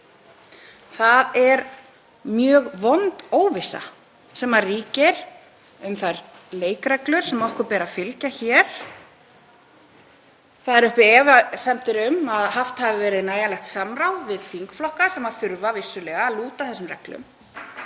Það er mjög vond óvissa sem ríkir um þær leikreglur sem okkur ber að fylgja hér. Það eru uppi efasemdir um að haft hafi verið nægjanlegt samráð við þingflokka sem þurfa vissulega að lúta þessum reglum.